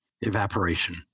evaporation